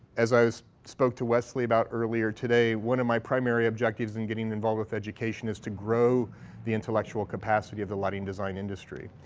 as i spoke to wesley about earlier today, one of my primary objectives in getting involved with education is to grow the intellectual capacity of the lighting design industry.